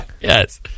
Yes